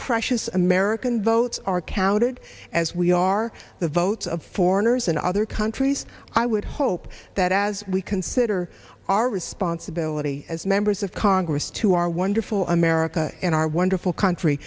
precious american votes are counted as we are the votes of foreigners in other countries i would hope that as we consider our responsibility as members of congress to our wonderful america and our wonderful country